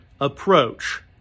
Approach